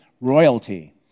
royalty